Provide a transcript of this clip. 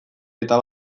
eta